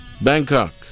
Bangkok